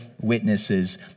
witnesses